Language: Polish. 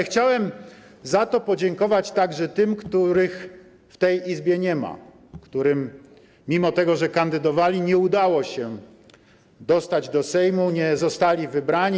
Chciałem podziękować także tym, których w tej Izbie nie ma, którym, mimo że kandydowali, nie udało się dostać do Sejmu, nie zostali wybrani.